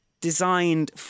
designed